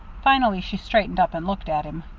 finally she straightened up and looked at him.